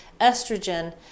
estrogen